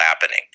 happening